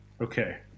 Okay